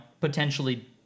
potentially